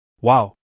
Wow